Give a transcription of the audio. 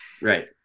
Right